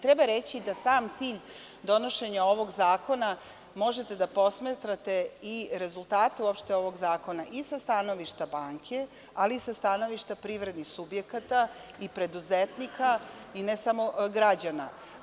Treba reći da sam cilj donošenja ovog zakona i rezultate uopšte možete da posmatrate i sa stanovišta banke, ali i sa stanovišta privrednih subjekata i preduzetnika, ne samo građana.